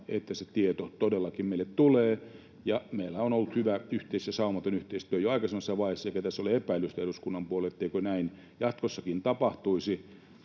että se tieto todellakin meille tulee, ja meillä on ollut hyvä yhteys ja saumaton yhteistyö jo aikaisemmassa vaiheessa, eikä tässä ole epäilystä eduskunnan puolelta, etteikö näin jatkossakin tapahtuisi.